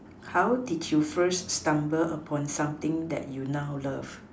how did you first stumble upon something that you now love